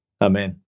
Amen